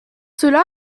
cela